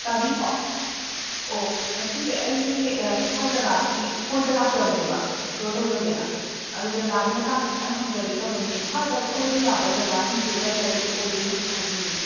ꯇꯥꯕꯤꯀꯣ ꯑꯣ ꯁꯤꯁꯦ ꯑꯩꯅꯦ ꯏꯝꯐꯥꯜ ꯖꯒꯥꯒꯤ ꯀꯣꯏꯕ ꯂꯥꯛꯆꯕꯅꯦꯕ ꯑꯦꯛꯁꯄ꯭ꯂꯣꯔ ꯇꯧꯖꯒꯦꯅ ꯑꯗꯨ ꯖꯒꯥꯒꯤ ꯃꯇꯥꯡꯗ ꯈꯤꯇꯪ ꯍꯪꯖꯒꯦ ꯇꯧꯕꯅꯦ ꯏꯝꯐꯥꯜꯗ ꯀꯣꯏꯕ ꯌꯥꯕ ꯖꯒꯥꯁꯤꯡꯁꯦ ꯀꯔꯤ ꯀꯔꯤ ꯑꯣꯏꯗꯣꯏꯅꯣ ꯈꯤꯇ ꯍꯥꯏꯕꯤꯌꯨꯅꯦ